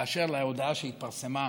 באשר להודעה שהתפרסמה,